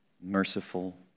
merciful